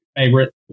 Favorite